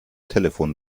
telefon